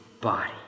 body